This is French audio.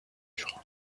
durant